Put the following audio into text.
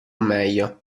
meglio